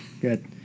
Good